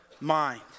mind